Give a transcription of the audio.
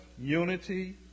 unity